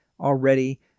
Already